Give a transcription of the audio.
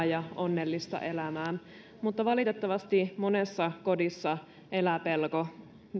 ja onnellista elämää mutta valitettavasti monessa kodissa elää pelko